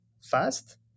fast